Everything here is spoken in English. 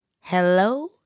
hello